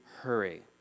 hurry